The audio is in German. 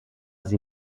sie